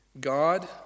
God